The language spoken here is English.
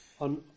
on